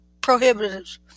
prohibitive